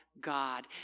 God